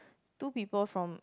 two people from